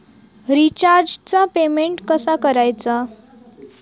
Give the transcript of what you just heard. रिचार्जचा पेमेंट कसा करायचा?